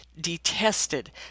detested